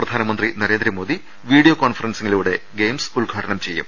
പ്രധാനമന്ത്രി Narendra Modi video കോൺഫ റൻസിങ്ങിലൂടെ games ഉദ്ഘാടനം ചെയ്യും